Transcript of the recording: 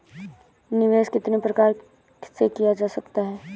निवेश कितनी प्रकार से किया जा सकता है?